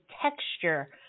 texture